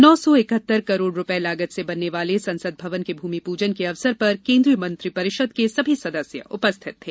नौ सौ इक्हत्तर करोड़ रुपये लागत से बनने वाले संसद भवन के भूमि पूजन के अवसर पर केन्द्रीय मंत्रिपरिषद के सभी सदस्य उपस्थित थे